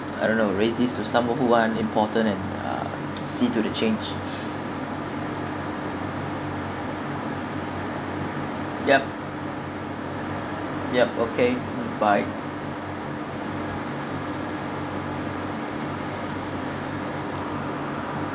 I don't know raise this to some who one important and uh see to the change yup yup okay mm bye